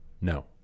No